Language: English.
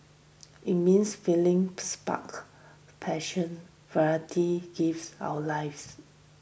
it means feeling spark passion variety gives our lives